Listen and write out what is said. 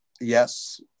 Yes